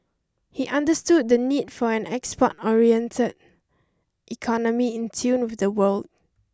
he understood the need for an export oriented economy in tune with the world